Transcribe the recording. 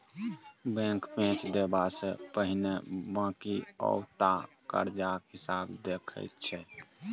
bank पैंच देबा सँ पहिने बकिऔता करजाक हिसाब देखैत छै